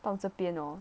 到这边哦